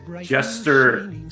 Jester